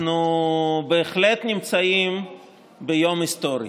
אנחנו בהחלט נמצאים ביום היסטורי.